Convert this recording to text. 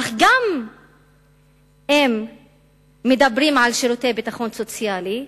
אך גם הם מדברים על שירותי ביטחון סוציאלי.